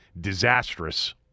disastrous